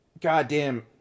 goddamn